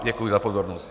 Děkuji za pozornost.